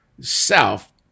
self